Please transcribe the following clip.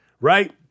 right